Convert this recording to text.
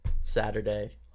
saturday